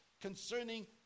concerning